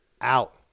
out